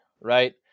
Right